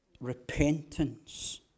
Repentance